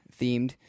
themed